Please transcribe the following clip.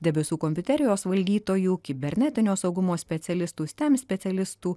debesų kompiuterijos valdytojų kibernetinio saugumo specialistų stem specialistų